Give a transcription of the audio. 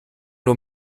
nur